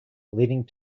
leading